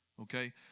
okay